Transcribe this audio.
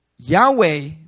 Yahweh